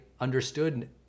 understood